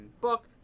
book